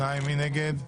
מי נגד?